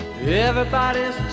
Everybody's